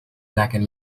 لكن